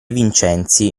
vincenzi